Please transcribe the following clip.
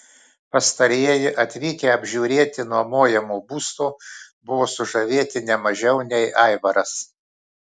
pastarieji atvykę apžiūrėti nuomojamo būsto buvo sužavėti ne mažiau nei aivaras